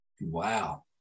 Wow